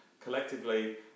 collectively